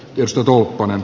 jos ruokonen